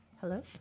Hello